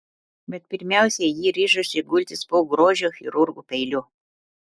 bet pirmiausia ji ryžosi gultis po grožio chirurgų peiliu